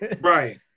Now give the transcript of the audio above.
Right